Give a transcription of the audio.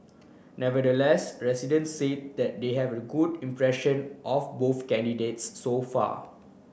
nevertheless residents see that they have good impression of both candidates so far